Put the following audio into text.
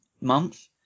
month